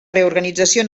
reorganització